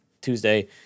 Tuesday